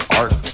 art